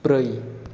ब्रै